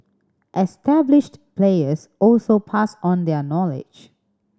established players also pass on their knowledge